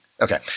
okay